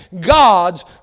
God's